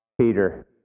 Peter